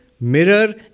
mirror